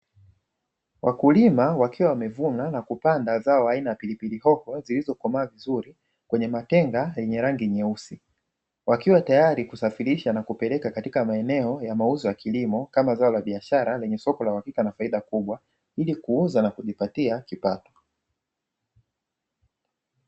Wakulima wakiwa wamevuna na kupanda zao aina ya pilipili hoho zilizokomaa vizuri kwenye matenga yenye rangi nyeusi, wakiwa tayari kusafirisha na kupeleka katika maeneo ya mauzo ya kilimo kama zao la biashara lenye soko la uhakika na faida kubwa ili kuuza na kujipatia kipato.